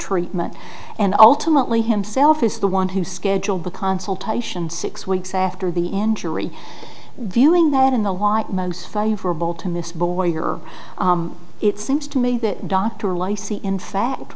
treatment and ultimately himself is the one who scheduled the consultation six weeks after the injury viewing that in the light most favorable to miss boyer it seems to me that dr lycee in fact